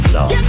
Love